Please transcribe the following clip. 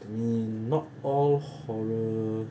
to me not all horror